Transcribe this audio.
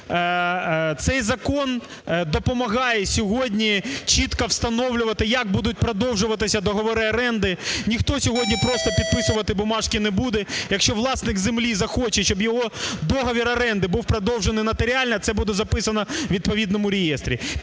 Цей закон допомагає сьогодні чітко встановлювати, як будуть продовжуватися договори оренди, ніхто сьогодні просто підписувати бумажки не буде. Якщо власник землі захоче, щоб його договір оренди був продовжений нотаріально, це буде записано в відповідному реєстрі.